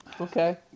Okay